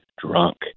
drunk